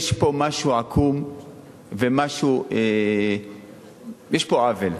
יש פה משהו עקום ויש פה עוול.